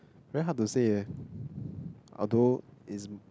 very hard to say eh although is